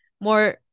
more